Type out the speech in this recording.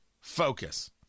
focus